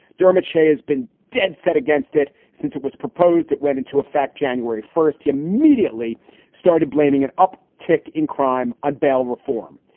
dermot shea has been dead set against it since it was proposed. it went into effect january first. he immediately started blaming an up tick in crime on bail reform.